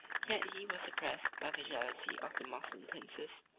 yet he was oppressed by the jealousy of the moslem princes,